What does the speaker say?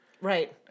Right